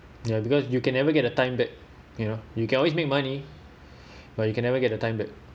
ya because you can never get the time back you know you can always make money but you can never get the time back